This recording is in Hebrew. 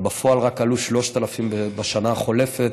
בפועל עלו רק 3,000 בשנה החולפת.